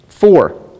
Four